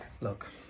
Look